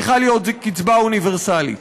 צריכה להיות קצבה אוניברסלית,